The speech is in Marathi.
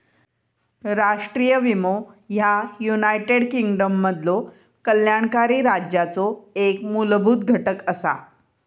राष्ट्रीय विमो ह्या युनायटेड किंगडममधलो कल्याणकारी राज्याचो एक मूलभूत घटक असा